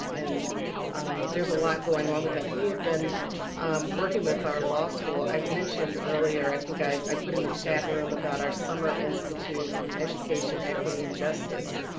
um and there's a lot going on with that. we have been working with our law school and mentioned earlier. i think i put in the chat room about our summer institute on education equity and justice.